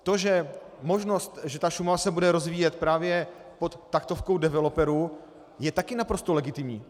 To, že možnost, že Šumava se bude rozvíjet právě pod taktovkou developerů, je také naprosto legitimní.